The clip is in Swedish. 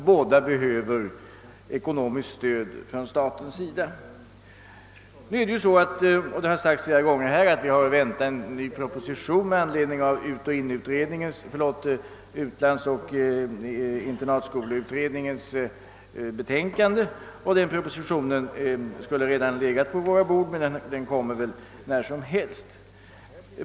Båda behöver också ekonomiskt stöd från staten. Nu har vi, som det framhållits flera gånger i debatten, att vänta en proposition med anledning av utlandsoch internatskoleutredningens betänkande. Den propositionen skulle egentligen redan ha legat på våra bord, och den kommer väl när som helst.